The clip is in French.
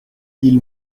ils